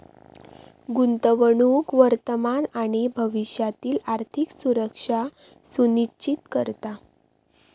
गुंतवणूक वर्तमान आणि भविष्यातील आर्थिक सुरक्षा सुनिश्चित करता